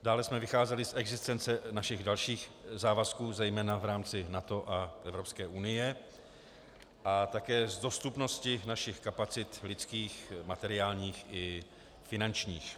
Dále jsme vycházeli z existence našich dalších závazků, zejména v rámci NATO a EU, a také z dostupnosti našich kapacit lidských, materiálních i finančních.